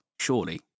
surely